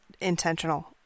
intentional